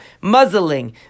muzzling